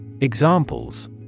Examples